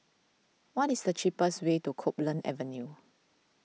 what is the cheapest way to Copeland Avenue